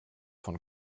von